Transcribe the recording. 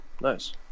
Nice